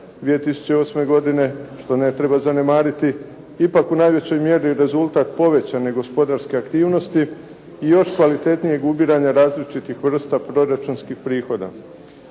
2008. godine, što ne treba zanemariti ipak u najvećoj mjeri je rezultat povećane gospodarske aktivnosti i još kvalitetnijeg ubiranja različitih vrsta proračunskih prihoda.